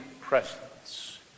presence